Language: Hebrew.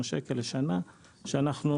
שקל לשנה, שאנחנו